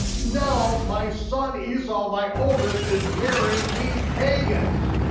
now my son, esau, my oldest, is marrying these pagans.